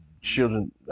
children